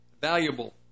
valuable